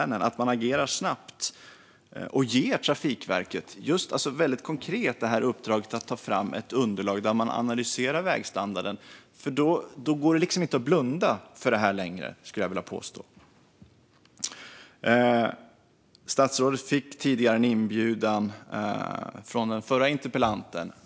Jag hoppas att regeringen agerar snabbt och ger Trafikverket det väldigt konkreta uppdraget att ta fram ett underlag där man analyserar vägstandarden, eftersom det då inte längre skulle gå att blunda för det här. Statsrådet fick en inbjudan från den förra interpellanten.